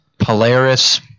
Polaris